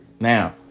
Now